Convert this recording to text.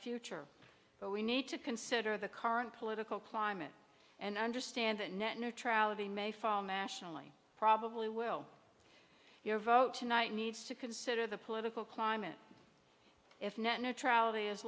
future but we need to consider the current political climate and understand that net neutrality may fall nationally probably will your vote tonight needs to consider the political climate if net neutrality is